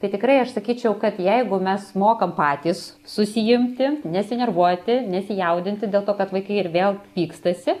tai tikrai aš sakyčiau kad jeigu mes mokam patys susiimti nesinervuoti nesijaudinti dėl to kad vaikai ir vėl pykstasi